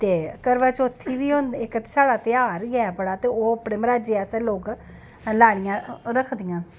ते करवाचौथी बी होंदी इक साढ़ा ध्यार बी ऐ बड़ा ते ओह् अपने मरहाजै आस्तै लाड़ियां रखदियां न